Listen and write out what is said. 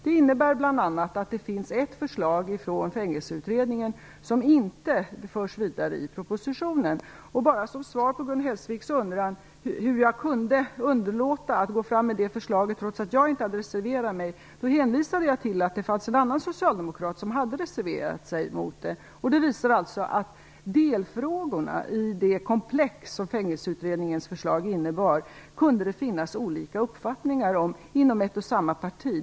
Det innebär bl.a. att det finns ett förslag från Fängelseutredningen som inte förs vidare i propositionen. Som svar på Gun Hellsviks undran hur jag kunde underlåta att gå fram med det förslaget trots att jag inte hade reserverat mig hänvisade jag till att det fanns en annan socialdemokrat som hade reserverat sig emot förslaget. Det visar alltså att det inom ett och samma parti kan finnas olika uppfattningar om delfrågorna i det komplex som Fängelseutredningens förslag innebar.